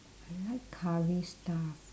I like curry stuff